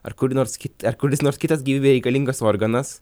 ar kuri nors kit ar kuris nors kitas gyvybei reikalingas organas